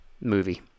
movie